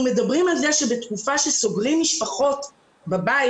מדברים על זה שבתקופה הזאת שסוגרים משפחות בבית.